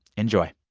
enjoy